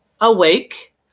awake